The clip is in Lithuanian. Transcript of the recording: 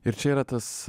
ir čia yra tas